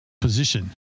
position